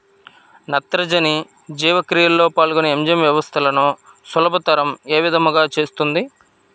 నత్రజని జీవక్రియలో పాల్గొనే ఎంజైమ్ వ్యవస్థలను సులభతరం ఏ విధముగా చేస్తుంది?